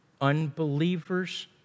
unbelievers